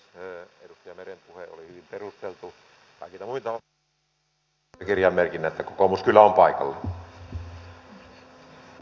edustaja meren puhe oli hyvin perusteltu kaikilta muilta osin mutta haluaisin pöytäkirjaan merkinnän että kokoomus kyllä on paikalla